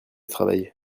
travailler